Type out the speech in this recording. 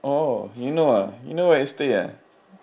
oh you know ah you know where I stay ah